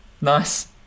nice